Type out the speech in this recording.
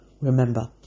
Remember